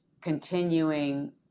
continuing